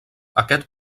aquest